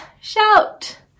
shout